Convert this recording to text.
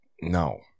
No